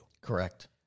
Correct